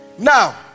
Now